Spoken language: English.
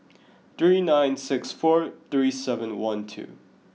three nine six four three seven one two